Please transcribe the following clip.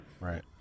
Right